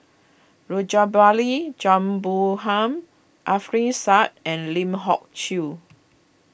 Rajabali Jumabhoy Alfian Sa'At and Lim Hock Siew